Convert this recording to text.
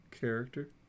character